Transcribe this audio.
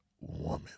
woman